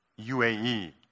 UAE